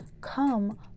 come